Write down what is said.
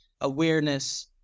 awareness